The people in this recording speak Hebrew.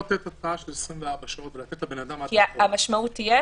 למה לא לתת התראה של 24 שעות ולתת לבן אדם --- כי המשמעות תהיה